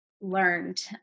learned